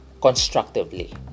constructively